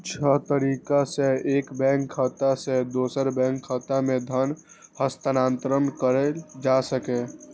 छह तरीका सं एक बैंक खाता सं दोसर बैंक खाता मे धन हस्तांतरण कैल जा सकैए